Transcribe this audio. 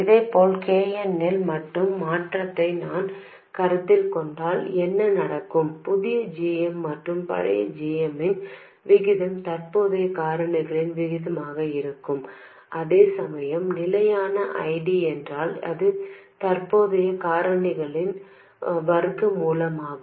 இதேபோல் K n இல் மட்டும் மாற்றத்தை நான் கருத்தில் கொண்டால் என்ன நடக்கும் புதிய g m மற்றும் பழைய g m இன் விகிதம் தற்போதைய காரணிகளின் விகிதமாக இருக்கும் அதேசமயம் நிலையான I D என்றால் இது தற்போதைய காரணிகளின் வர்க்க மூலமாகும்